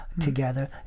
together